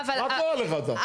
אבל, אבל --- מה קורה לך אתה?